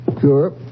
Sure